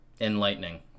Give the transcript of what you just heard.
enlightening